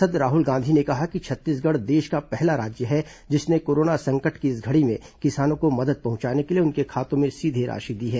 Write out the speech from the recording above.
सांसद राहुल गांधी ने कहा कि छत्तीसगढ़ देश का पहला राज्य है जिन्होंने कोरोना संकट की इस घड़ी में किसानों को मदद पहुंचाने के लिए उनके खातों में सीधे राशि दी है